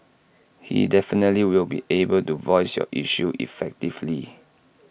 he definitely will be able to voice your issues effectively